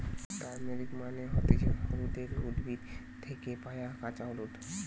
turmeric মানে হতিছে হলুদের উদ্ভিদ থেকে পায়া কাঁচা হলুদ